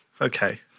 Okay